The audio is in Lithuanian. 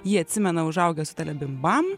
jį atsimena užaugę su telebimbam